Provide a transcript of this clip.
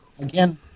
again